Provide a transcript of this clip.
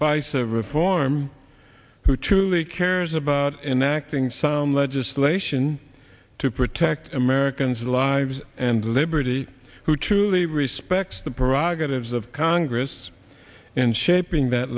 face of reform who truly cares about enacting some legislation to protect americans lives and liberty who truly respects the prerogatives of congress in shaping that